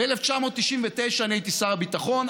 ב-1999 אני הייתי שר הביטחון,